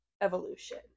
evolution